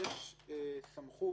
יש סמכות